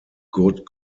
good